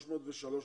303 נפשות,